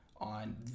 on